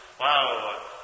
wow